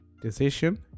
decision